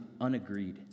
unagreed